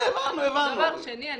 דבר שני, אני